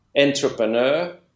entrepreneur